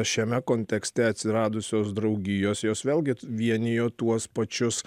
šiame kontekste atsiradusios draugijos jos vėlgi vienijo tuos pačius